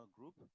Group